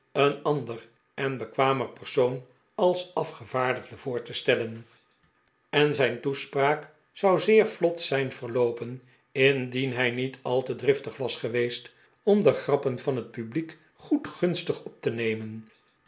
een ander en bekwamer persoon als afgevaardigde voor te stellen en zijn toespraak zou zeer vlot zijn verloopen indien hij niet al te jdriftig was geweest om de grappen van het publiek goedgunstig op te nemen